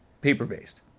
paper-based